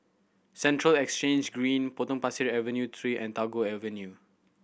Central Exchange Green Potong Pasir Avenue Three and Tagore Drive